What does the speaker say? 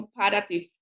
comparative